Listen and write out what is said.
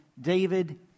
David